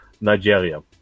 Nigeria